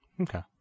Okay